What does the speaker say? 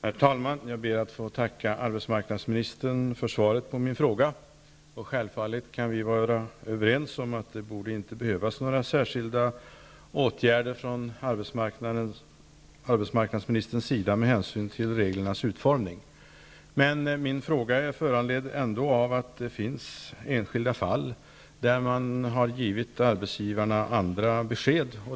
Herr talman! Jag ber att få tacka arbetsmarknadsministern för svaret på min fråga. Självfallet kan vi vara överens om att det inte borde behövas några särskilda åtgärder från arbetsmarknadsministerns sida med hänsyn till reglernas utformning. Min fråga är föranledd av att det ändå finns enskilda fall där man har givit arbetsgivarna andra besked.